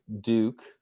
Duke